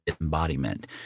embodiment